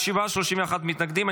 שבעה, 31 מתנגדים.